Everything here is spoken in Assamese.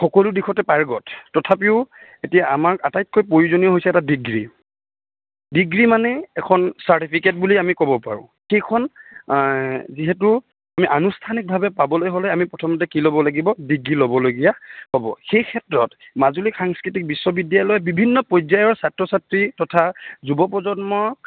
সকলো দিশতে পাৰ্গত তথাপিও এতিয়া আমাক আটাইতকৈ প্ৰয়োজনীয় হৈছে এটা ডিগ্ৰী ডিগ্ৰী মানেই এখন চাৰ্টিফিকেট বুলি আমি ক'ব পাৰোঁ সেইখন যিহেতু আমি আনুষ্ঠানিকভাৱে আমি পাবলৈ হ'লে আমি প্ৰথমতে কি ল'ব লাগিব ডিগ্ৰী ল'বলগীয়া হ'ব সেই ক্ষেত্ৰত মাজুলী সাংস্কৃতিক বিশ্ববিদ্যালয়ৰ বিভিন্ন পৰ্যায়ৰ ছাত্ৰ ছাত্ৰী তথা যুৱ প্ৰজন্মক